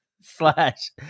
slash